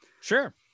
Sure